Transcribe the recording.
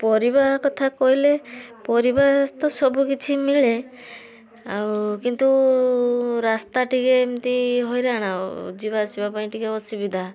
ଆଉ ପରିବା କଥା କହିଲେ ପରିବା ତ ସବୁକିଛି ମିଳେ ଆଉ କିନ୍ତୁ ରାସ୍ତା ଟିକେ ଏମିତି ହଇରାଣ ଯିବାଆସିବା ପାଇଁ ଟିକେ ଅସୁବିଧା